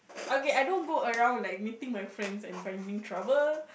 okay I don't go around like meeting my friends and finding trouble